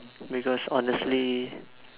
because honestly